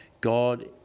God